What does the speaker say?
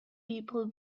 people